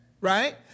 Right